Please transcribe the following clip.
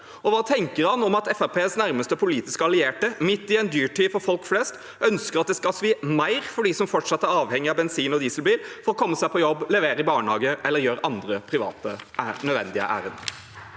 Og hva tenker han om at Fremskrittspartiets nærmeste politiske allierte midt i en dyrtid for folk flest ønsker at det skal svi mer for dem som fortsatt er avhengige av bensin- og dieselbiler for å komme seg på jobb, levere i barnehage eller gjøre andre private nødvendige ærend?